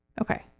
Okay